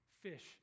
fish